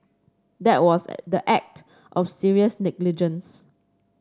that was the act of serious negligence